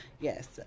yes